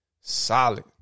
solid